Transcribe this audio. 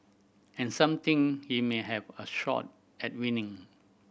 and some think he may have a shot at winning